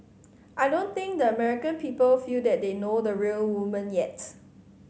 I don't think the American people feel that they know the real woman yet